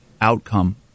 outcome